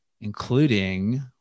including